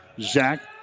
Zach